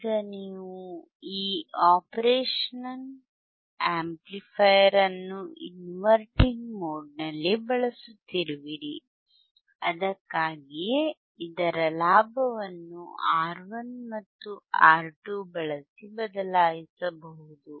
ಈಗ ನೀವು ಈ ಆಪರೇಷನಲ್ ಆಂಪ್ಲಿಫೈಯರ್ ಅನ್ನು ಇನ್ವರ್ಟಿಂಗ್ ಮೋಡ್ನಲ್ಲಿ ಬಳಸುತ್ತಿರುವಿರಿ ಅದಕ್ಕಾಗಿಯೇ ಇದರ ಲಾಭವನ್ನು ಆರ್ 1 ಮತ್ತು ಆರ್ 2 ಬಳಸಿ ಬದಲಾಯಿಸಬಹುದು